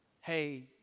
Hey